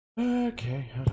Okay